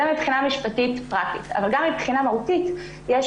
זה מבחינה משפטית פרקטית אבל גם מבחינה מהותית יש